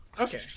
okay